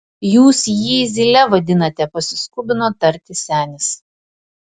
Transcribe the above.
jūs jį zyle vadinate pasiskubino tarti senis